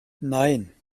nein